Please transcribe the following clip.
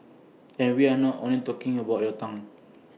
and we are not only talking about your tongue